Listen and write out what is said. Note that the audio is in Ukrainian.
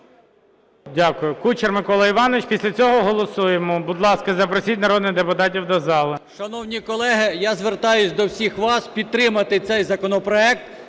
Дякую. Кучер Микола Іванович. Після цього голосуємо. Будь ласка, запросіть народних депутатів до зали. 15:59:55 КУЧЕР М.І. Шановні колеги, я звертаюсь до всіх вас підтримати цей законопроект